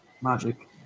magic